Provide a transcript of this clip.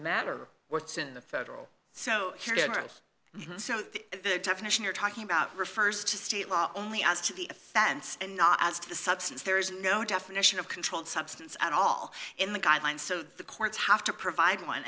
matter what's in the federal so heroes and so the definition you're talking about refers to state law only as to the offense and not as to the substance there is no definition of controlled substance at all in the guidelines so the courts have to provide one